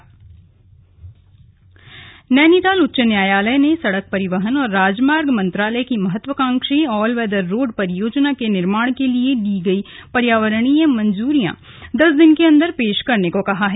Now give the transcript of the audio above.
all weather road Nainital उच्च न्यायालय ने सड़क परिवहन और राजमार्ग मंत्रालय की महत्वाकांक्षी ऑल वैदर रोड परियोजना के निर्माण के लिए ली गयी पर्यावरणीय मंजूरियां दस दिन के अंदर पेश करने को कहा है